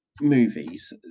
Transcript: movies